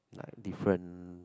like different